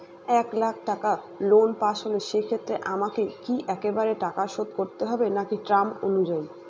এক লাখ টাকা loan pass হল সেক্ষেত্রে আমাকে কি একবারে টাকা শোধ করতে হবে নাকি টার্ম অনুযায়ী?